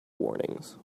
warnings